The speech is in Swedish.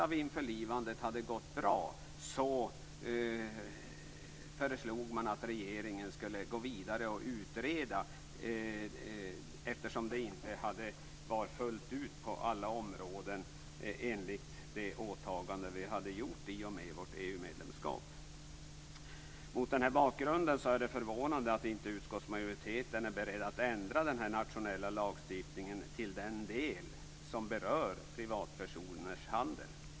Där föreslog man också att regeringen, även om mycket av införlivandet hade gått bra, skulle gå vidare och utreda, eftersom det inte hade skett fullt ut på alla områden enligt de åtaganden som vi hade gjort i och med vårt Mot den här bakgrunden är det förvånande att inte utskottsmajoriteten är beredd att ändra den här nationella lagstiftningen när det gäller den del som berör privatpersoners handel.